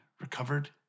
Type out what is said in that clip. recovered